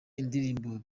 indirimbo